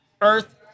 Earth